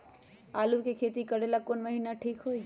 आलू के खेती करेला कौन महीना ठीक होई?